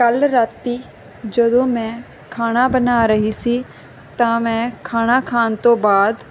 ਕੱਲ ਰਾਤੀ ਜਦੋਂ ਮੈਂ ਖਾਣਾ ਬਣਾ ਰਹੀ ਸੀ ਤਾਂ ਮੈਂ ਖਾਣਾ ਖਾਣ ਤੋਂ ਬਾਅਦ